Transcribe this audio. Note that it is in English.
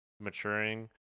maturing